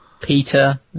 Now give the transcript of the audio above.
Peter